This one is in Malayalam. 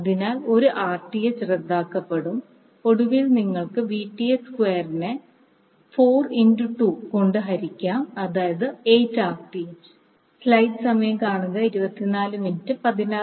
അതിനാൽ ഒരു Rth റദ്ദാക്കപ്പെടും ഒടുവിൽ നിങ്ങൾക്ക് Vth സ്ക്വയറിനെ 4 X 2 കൊണ്ട് ഹരിക്കാം അതായത് 8 Rth